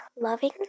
Loving